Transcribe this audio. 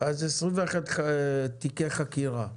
21 תיקי חקירה,